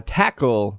tackle